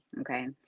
okay